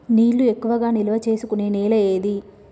నీళ్లు ఎక్కువగా నిల్వ చేసుకునే నేల ఏది?